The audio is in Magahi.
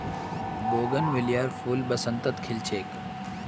बोगनवेलियार फूल बसंतत खिल छेक